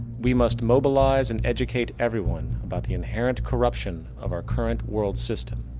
we must mobilize and educate everyone about the inherent corruption of our current world system,